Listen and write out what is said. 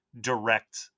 direct